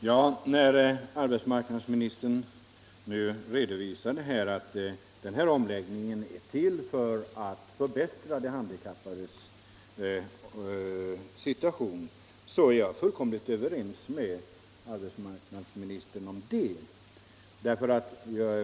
Herr talman! När arbetsmarknadsministern nu redovisar att omläggningen är till för att förbättra de handikappades situation, så är jag fullkomligt överens med arbetsmarknadsministern om det.